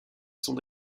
sont